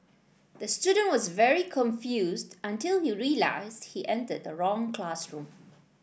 the student was very confused until he realised he entered the wrong classroom